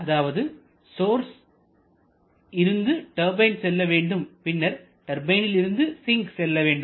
அதாவது சோர்ஸ்ஸில் இருந்து டர்பைன் செல்ல வேண்டும் பின்னர் டர்பைனிலுருந்து சிங்க் செல்ல வேண்டும்